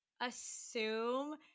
assume